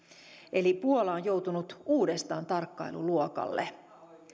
eli puola on joutunut uudestaan tarkkailuluokalle